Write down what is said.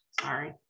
sorry